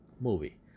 movie